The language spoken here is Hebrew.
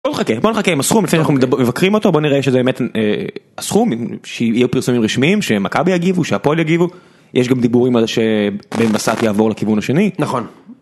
-בוא נחכה, בוא נחכה עם הסכום -אוקי -לפעמים אנחנו מבקרים אותו, בוא נראה שזה באמת הסכום, שיהיו פרסומים רשמיים, שמכבי יגיבו, שהפועל יגיבו, יש גם דיבורים על שבן מסאת יעבור לכיוון השני -נכון.